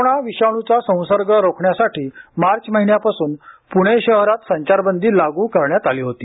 corona विषाण्रचा संसर्ग रोखण्यासाठी मार्च महिन्यापासून पुणे शहरात संचारबंदी लागू करण्यात आली होती